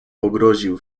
pogroził